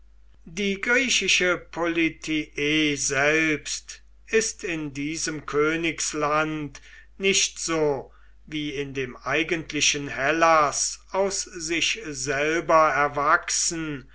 die griechische politie selbst ist in diesem königsland nicht so wie in dem eigentlichen hellas aus sich selber erwachsen